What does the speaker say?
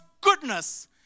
goodness